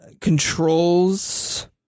controls